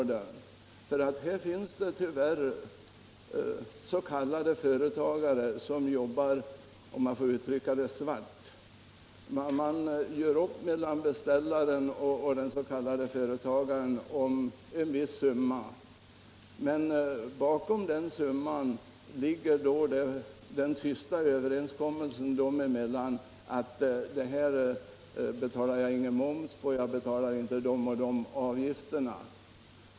Det finns tyvärr s.k. företagare som jobbar svart, om jag får uttrycka det så. Man gör upp mellan beställaren och den s.k. företagaren om en viss summa, men bakom detta ligger den tysta överenskommelsen dem emellan om att det inte skall betalas moms och inte de och de avgifterna.